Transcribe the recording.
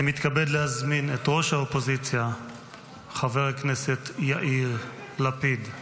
אני מתכבד להזמין את ראש האופוזיציה חבר הכנסת יאיר לפיד.